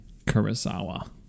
kurosawa